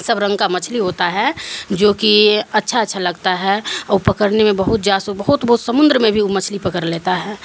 سب رنگ کا مچھلی ہوتا ہے جو کہ اچھا اچھا لگتا ہے اور پکڑنے میں بہت جاس و بہت بہت سمندر میں بھی وہ مچھلی پکڑ لیتا ہے